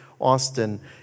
Austin